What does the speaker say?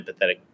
empathetic